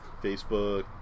Facebook